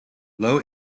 low